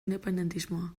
independentismoa